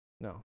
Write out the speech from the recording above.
No